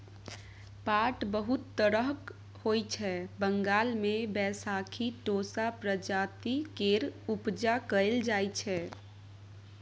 पाट बहुत तरहक होइ छै बंगाल मे बैशाखी टोसा प्रजाति केर उपजा कएल जाइ छै